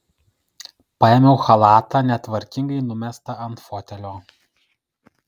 paėmiau chalatą netvarkingai numestą ant fotelio